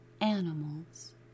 animal's